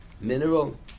mineral